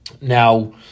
Now